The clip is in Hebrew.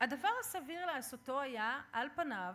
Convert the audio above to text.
הדבר הסביר לעשותו היה, על פניו,